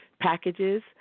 packages